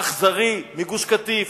האכזרי מגוש-קטיף,